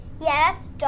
Yes